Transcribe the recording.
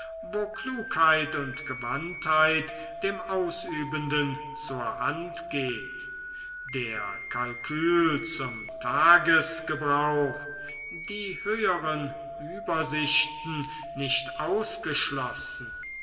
wo klugheit und gewandtheit dem ausübenden zur hand geht der kalkül zum tagesgebrauch die höheren übersichten nicht ausgeschlossen